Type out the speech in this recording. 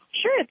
Sure